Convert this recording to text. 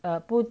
err 不